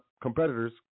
competitors